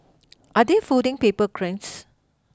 are they folding paper cranes